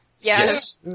Yes